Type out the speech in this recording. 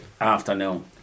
afternoon